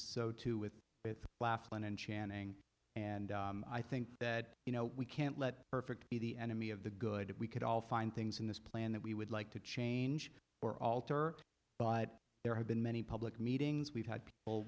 so too with the laugh line and channing and i think that you know we can't let perfect be the enemy of the good if we could all find things in this plan that we would like to change or alter but there have been many public meetings we've had people